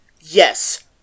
Yes